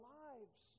lives